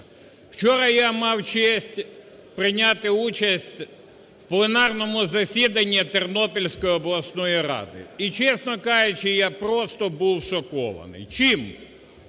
Вчора я мав честь прийняти участь в пленарному засіданні Тернопільської обласної ради. І, чесно кажучи, я просто був шокований. Чим?